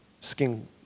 skin